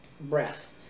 breath